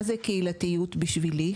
מה זה קהילתיות בשבילי?